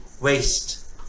waste